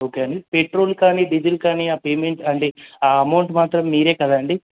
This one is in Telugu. ఓకే అండి పెట్రోల్ కానీ డీజిల్ కానీ ఆ పేమెంట్ అంటే ఆ అమౌంట్ మాత్రం మీరే కదండి